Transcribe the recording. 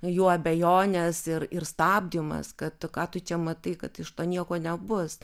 jų abejonės ir ir stabdymas kad tu ką tu čia matai kad iš to nieko nebus